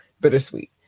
bittersweet